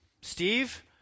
Steve